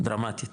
דרמטית,